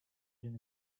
than